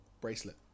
bracelet